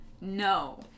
no